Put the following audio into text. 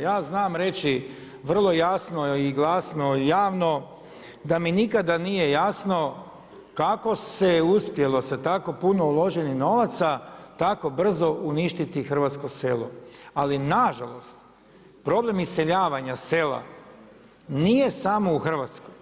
Ja znam reći vrlo jasno i glasno i javno da mi nikada nije jasno kako se uspjelo sa tako puno uloženih novaca tako brzo uništiti hrvatsko selo, ali nažalost problem iseljavanja sela nije samo u Hrvatskoj,